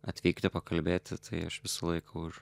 atvykti pakalbėti tai aš visą laiką už